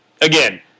again